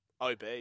OB